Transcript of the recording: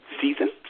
season